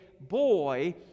boy